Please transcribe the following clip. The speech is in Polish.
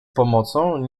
pomocą